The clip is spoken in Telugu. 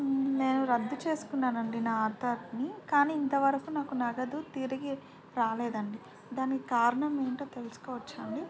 నేను రద్దు చేసుకున్నానండి నా ఆర్డర్ని కానీ ఇంతవరకు నాకు నగదు తిరిగి రాలేదండి దానికి కారణం ఏమిటో తెలుసుకోవచ్చా అండి